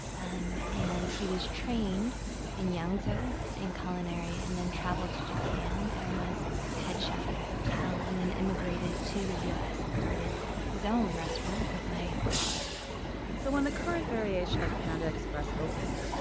um and he was trained in yanzhou in culinary, and then traveled to japan and was the head chef at a hotel, and then immigrated to the u s. and started his own restaurant with my father so when the current variation of panda express opened,